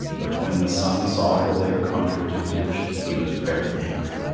but when the sun saw her there contrary to his wishes, he was very angry.